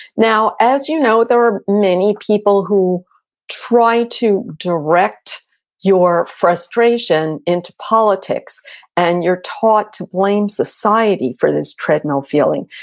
now, as you know, there are many people who try to direct your frustration into politics and you're taught to blame society for this treadmill feeling.